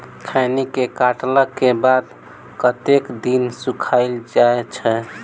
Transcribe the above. खैनी केँ काटला केँ बाद कतेक दिन सुखाइल जाय छैय?